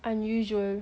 unusual